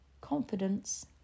confidence